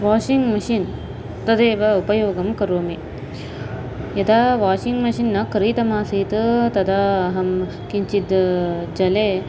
washing machine तदेव उपयोगं करोमि यदा वाषिङ्ग् मषीन् न क्रीतमासीत् तदा अहं किञ्चित् जले